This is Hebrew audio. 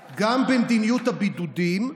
ולכן גם במדיניות הבידודים,